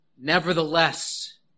nevertheless